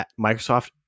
Microsoft